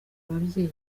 ababyeyi